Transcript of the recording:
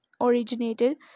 originated